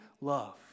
love